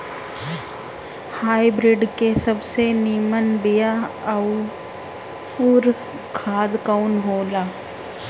Hybrid के सबसे नीमन बीया अउर खाद कवन हो ला?